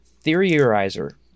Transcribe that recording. Theorizer